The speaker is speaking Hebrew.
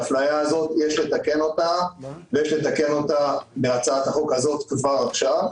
לתקן את האפליה הזו בהצעת החוק הזה כבר עכשיו.